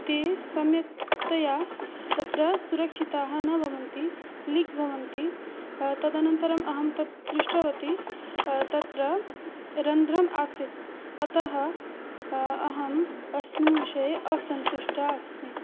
ते सम्यक्तया तत्र सुरक्षिताः न भवन्ति लिक् भवन्ति तदनन्तरम् अहं तत् दृष्टवती तत्र रन्ध्रम् आसीत् अतः अहम् अस्मिन्विषये असन्तुष्टा अस्मि